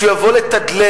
כשהוא יבוא לתדלק,